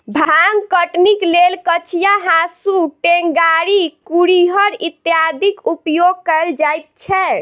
भांग कटनीक लेल कचिया, हाँसू, टेंगारी, कुरिहर इत्यादिक उपयोग कयल जाइत छै